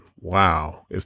wow